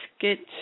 get